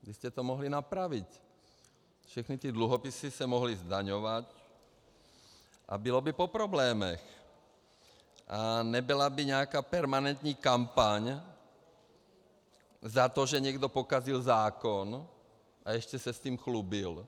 Vždyť jste to mohli napravit, všechny ty dluhopisy se mohly zdaňovat a bylo by po problémech a nebyla by nějaká permanentní kampaň za to, že někdo pokazil zákon a ještě se tím chlubil.